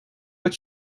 but